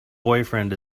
boyfriend